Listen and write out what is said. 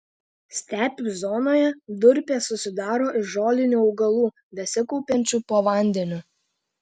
stepių zonoje durpės susidaro iš žolinių augalų besikaupiančių po vandeniu